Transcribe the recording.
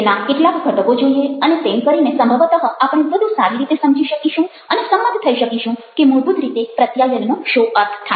તેના કેટલાક ઘટકો જોઈએ અને તેમ કરીને સંભવતઃ આપણે વધુ સારી રીતે સમજી શકીશું અને સંમત થઈ શકીશું કે મૂળભૂત રીતે પ્રત્યાયનનો શો અર્થ થાય છે